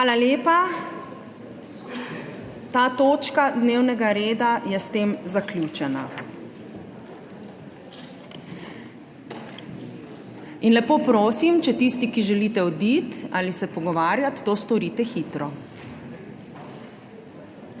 Hvala lepa. Ta točka dnevnega reda je s tem zaključena. In lepo prosim, če tisti, ki želite oditi ali se pogovarjati, to storite hitro.